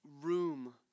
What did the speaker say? room